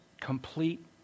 complete